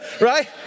right